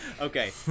Okay